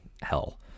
hell